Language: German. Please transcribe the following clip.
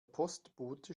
postbote